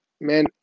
man